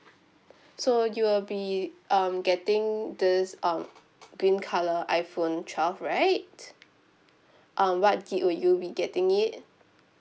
so you will be um getting this um green colour iphone twelve right um what gig will you be getting it